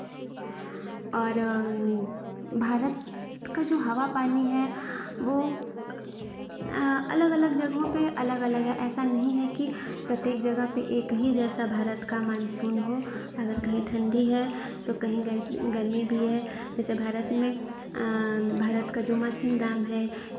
और भारत का जो हवा पानी है वो अलग अलग जगहों पे अलग अलग है ऐसा नहीं है कि प्रत्येक जगह पे एक ही जैसा भारत का मानसून हो अगर कहीं ठंडी है तो कहीं गर्मी भी है जैसे भारत में भारत का जो मासिनराम है